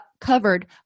covered